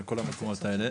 על כל המקומות האלה,